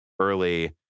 early